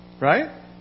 right